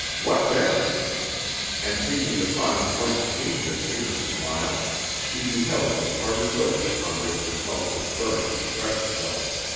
what then and seeking to find whence came this inner smile he beheld the parted lips upon which his mouth was burning to press itself.